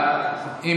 אמרנו כספים.